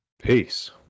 Peace